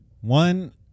One